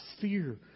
fear